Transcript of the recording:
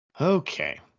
Okay